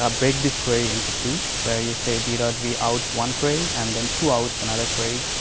ah break this query into two, where you say gerald v out one query, and then two outs, another query,